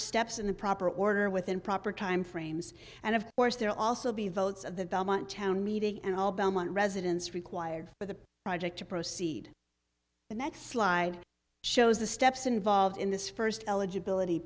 steps in the proper order within proper time frames and of course there are also be votes of the belmont town meeting and all belmont residents required for the project to proceed the next slide shows the steps involved in this first eligibility